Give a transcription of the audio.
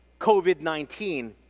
COVID-19